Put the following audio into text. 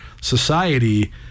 society